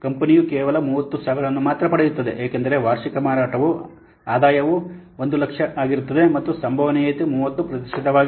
ಕಂಪನಿಯು ಕೇವಲ 30000 ಅನ್ನು ಮಾತ್ರ ಪಡೆಯುತ್ತದೆ ಏಕೆಂದರೆ ವಾರ್ಷಿಕ ಮಾರಾಟದ ಆದಾಯವು 100000 ಆಗಿರುತ್ತದೆ ಮತ್ತು ಸಂಭವನೀಯತೆಯು 30 ಪ್ರತಿಶತವಾಗಿರುತ್ತದೆ